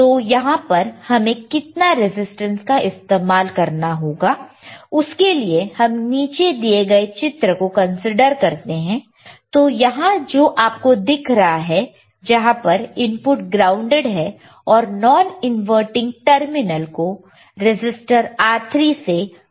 तो यहां पर हमें कितना रेजिस्टेंस का इस्तेमाल करना होगा उसके लिए हम नीचे दिए गए चित्र को कंसीडर करते हैं तो यहां जो आपको दिख रहा है जहां पर इनपुट ग्राउंडेड है और नॉन इनवर्टिंग टर्मिनल को रजिस्टर R3 से कनेक्ट किया गया